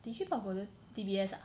digi portfolio D_B_S ah